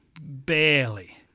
barely